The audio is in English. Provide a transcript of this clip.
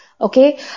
Okay